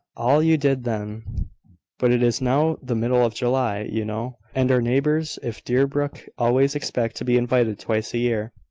all you did then but it is now the middle of july, you know and our neighbours if deerbrook always expect to be invited twice a year.